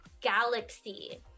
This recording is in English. galaxy